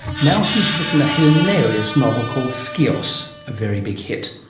now he's written a hilarious novel called skios, a very big hit.